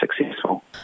successful